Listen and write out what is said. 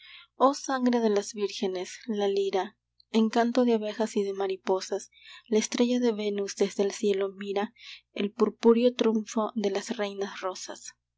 oh sangre de las vírgenes la lira encanto de abejas y de mariposas la estrella de venus desde el cielo mira el purpúreo triunfo de las reinas rosas